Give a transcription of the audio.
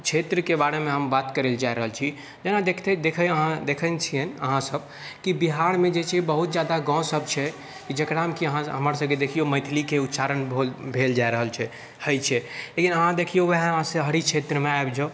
क्षेत्रके बारेमे हम बात करै लए चाहि रहल छी जेना देखते देखय देखै छियनि अहाँ सभ कि बिहारमे जे छै बहुत जादा गाँव सभ छै जेकरामे कि अहाँ हमर सभकेँ देखिऔ मैथिलीके उच्चारण भेल जा रहल छै होइत छै लेकिन अहाँ देखिऔ ओएह शहरी क्षेत्रमे आबि जाउ